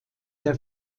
der